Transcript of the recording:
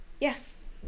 Yes